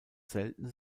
selten